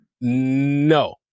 No